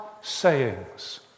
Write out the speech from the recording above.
sayings